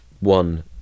one